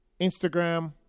Instagram